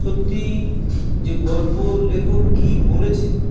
সত্যি যে গল্প লেখক কী বলেছেন